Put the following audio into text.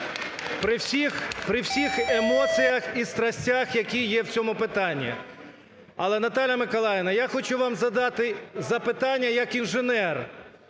при всіх емоціях і страстях, які є в цьому питанні. Але, Наталія Миколаївна, я хочу вам задати запитання як інженер.